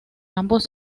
ambos